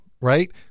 right